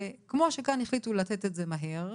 כמו שכאן החליטו לתת את זה מהר,